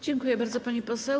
Dziękuję bardzo, pani poseł.